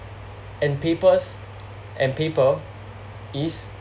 and papers and paper is